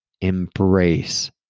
Embrace